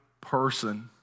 person